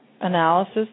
analysis